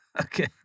Okay